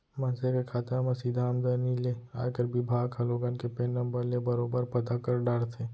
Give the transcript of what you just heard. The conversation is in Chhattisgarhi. मनसे के खाता म सीधा आमदनी ले आयकर बिभाग ह लोगन के पेन नंबर ले बरोबर पता कर डारथे